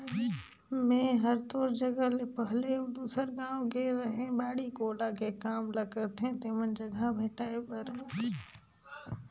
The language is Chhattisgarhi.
मेंए हर तोर जगह ले पहले अउ दूसर गाँव गेए रेहैं बाड़ी कोला के काम ल करथे तेमन जघा भेंटाय बर